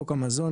חוק המזון),